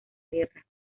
guerra